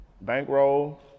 Bankroll